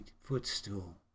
footstool